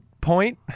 point